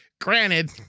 Granted